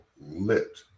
lit